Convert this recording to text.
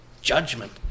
judgment